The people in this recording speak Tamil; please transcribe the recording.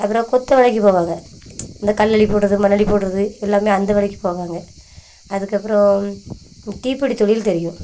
அப்புறம் கொத்து வேலைக்கு போவாங்க இந்த கல் அள்ளி போடுறது மண் அள்ளி போடுறது எல்லாமே அந்த வேலைக்குப் போவாங்க அதுக்கப்புறம் தீப்பெட்டி தொழில் தெரியும்